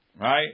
right